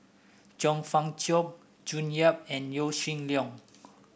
Chong Fah Cheong June Yap and Yaw Shin Leong